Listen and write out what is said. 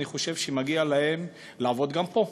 אני חושב שמגיע להם לעבוד גם פה.